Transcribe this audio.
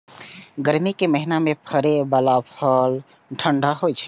गर्मी के महीना मे फड़ै बला फल ठंढा होइ छै